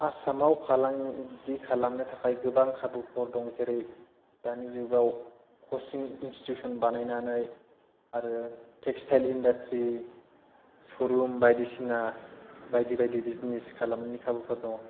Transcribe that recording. आसामाव फालांगि खालामनो थाखाय गोबां खाबुफोर दं जेरै दानि जुगाव कचिं इनस्टिटिउसन बानायनानै आरो टेक्सटाइल इन्डासट्रि सरुम बायदिसिना बायदि बायदि बिजनेस खालामनायनि खाबुफोर दङ